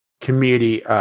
community